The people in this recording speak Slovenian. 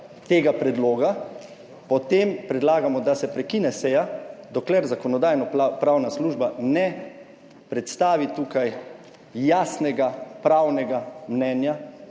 tega predloga, potem predlagamo, da se prekine seja dokler Zakonodajno-pravna služba ne predstavi tukaj jasnega pravnega mnenja: